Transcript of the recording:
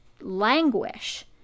languish